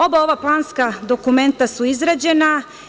Oba ova planska dokumenta su izrađena.